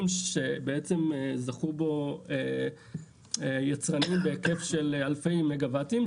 שבעצם זכו בו יצרנים בהיקף של אלפי מגה וואטים,